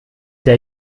der